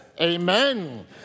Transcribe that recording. Amen